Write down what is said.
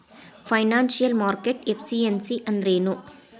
Financial market efficiency ಅಂದ್ರೇನು?